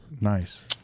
Nice